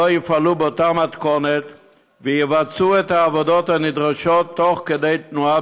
לא יפעלו באותה מתכונת ויבצעו את העבודות הנדרשות תוך כדי תנועה,